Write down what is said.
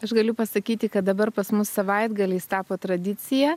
aš galiu pasakyti kad dabar pas mus savaitgaliais tapo tradicija